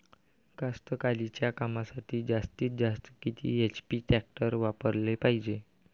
कास्तकारीच्या कामासाठी जास्तीत जास्त किती एच.पी टॅक्टर वापराले पायजे?